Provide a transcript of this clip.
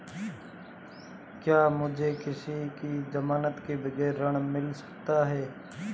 क्या मुझे किसी की ज़मानत के बगैर ऋण मिल सकता है?